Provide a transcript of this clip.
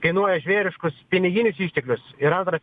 kainuoja žvėriškus piniginius išteklius ir antra